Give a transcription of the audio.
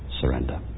surrender